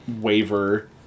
waiver